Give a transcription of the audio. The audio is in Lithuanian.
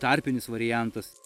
tarpinis variantas